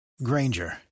Granger